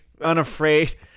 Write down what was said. unafraid